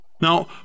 Now